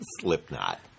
Slipknot